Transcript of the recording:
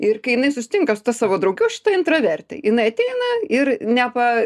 ir kai jinai sustinka su ta savo drauge o šita intravertė jinai ateina ir nepa